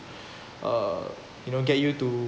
uh you know get you to